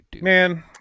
Man